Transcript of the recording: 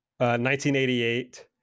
1988